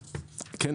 כן.